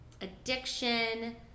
addiction